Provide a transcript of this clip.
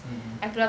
mmhmm